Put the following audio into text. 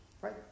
Right